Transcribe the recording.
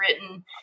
written